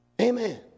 amen